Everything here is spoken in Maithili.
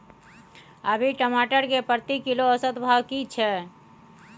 अभी टमाटर के प्रति किलो औसत भाव की छै?